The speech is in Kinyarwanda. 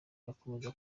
gukomeza